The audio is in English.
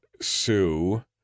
Sue